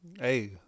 Hey